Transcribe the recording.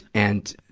and,